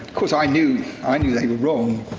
course, i knew, i knew they were wrong.